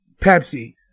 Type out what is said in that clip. Pepsi